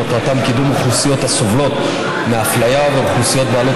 ומטרתם קידום אוכלוסיות הסובלות מאפליה ואוכלוסיות בעלות